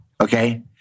Okay